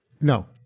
No